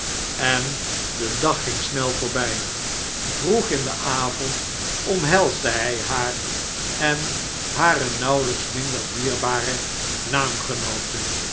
en de dag ging snel voorbg vroeginden avond omhelsde hjj haar en hare nauwehjks minder dierbare